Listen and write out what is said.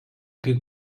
kai